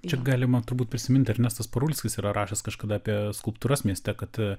čia galima turbūt prisiminti ernestas parulskis yra rašęs kažkada apie skulptūras mieste kad